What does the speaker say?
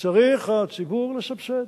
צריך הציבור לסבסד.